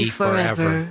forever